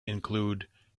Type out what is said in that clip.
include